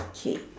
okay